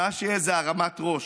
מה שיהיה זה הרמת ראש.